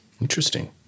Interesting